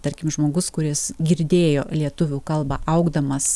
tarkim žmogus kuris girdėjo lietuvių kalbą augdamas